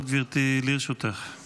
לרשותך, גברתי.